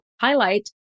highlight